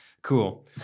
Cool